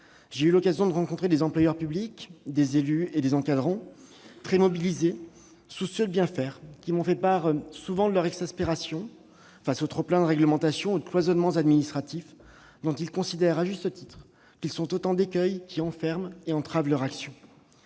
j'ai eu l'occasion de rencontrer des employeurs publics, des élus et des encadrants, très mobilisés, soucieux de bien faire, qui m'ont souvent fait part de leur exaspération face au trop-plein de réglementations ou de cloisonnements administratifs, dont ils considèrent, à juste titre, qu'ils sont autant d'écueils qui enferment et entravent leur action.